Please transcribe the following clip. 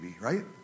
right